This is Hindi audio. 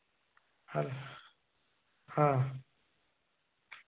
हाँ हाँ